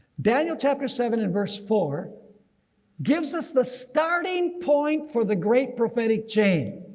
daniel chapter seven and verse four gives us the starting point for the great prophetic chain.